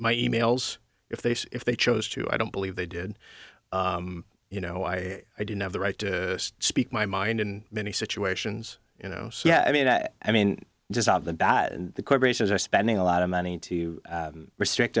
my e mails if they if they chose to i don't believe they did you know why i didn't have the right to speak my mind in many situations you know so yeah i mean i mean just off the bat the corporations are spending a lot of money to restrict